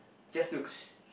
just looks